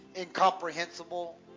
incomprehensible